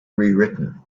rewritten